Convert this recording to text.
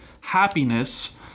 happiness